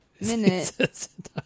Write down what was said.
minute